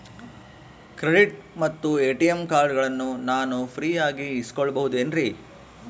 Credit ಮತ್ತ ATM ಕಾರ್ಡಗಳನ್ನ ನಾನು ಫ್ರೇಯಾಗಿ ಇಸಿದುಕೊಳ್ಳಬಹುದೇನ್ರಿ?